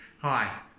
Hi